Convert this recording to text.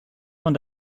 von